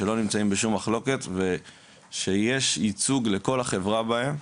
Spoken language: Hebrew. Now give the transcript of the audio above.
שהם לא נמצאים בשום מחלוקת ושיש ייצוג לכל החברה בהם,